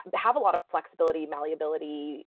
but have a lot of flexibility, malleability,